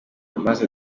maze